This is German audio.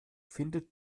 findet